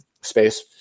space